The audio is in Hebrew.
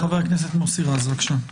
חבר הכנסת מוסי רז, בבקשה.